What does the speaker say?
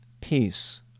peace